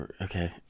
Okay